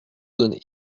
donné